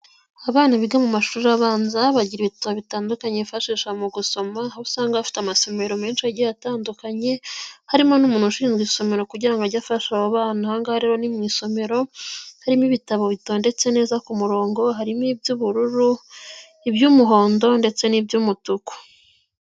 Abana biga mu mashuri abanza bagira ibitabo bitandukanye bifashisha mu gusoma, aho usanga bafite amasomero menshi agiye atandukanye, harimo n'umuntu ushinzwe isomero kugira ajye afasha. ahangaha rero ni mu isomero harimo ibitabo bitondetse neza ku murongo harimo iby'ubururu, iby'umuhondo ,ndetse n'iby'umutuku.